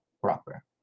proper